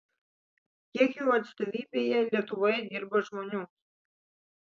kiek jų atstovybėje lietuvoje dirba žmonių